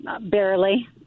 Barely